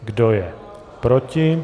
Kdo je proti?